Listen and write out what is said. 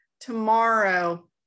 Tomorrow